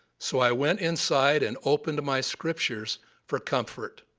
so i went inside and opened my scriptures for comfort.